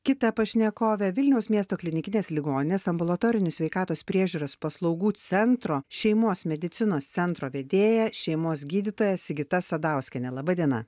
kita pašnekovė vilniaus miesto klinikinės ligoninės ambulatorinių sveikatos priežiūros paslaugų centro šeimos medicinos centro vedėja šeimos gydytoja sigita sadauskienė laba diena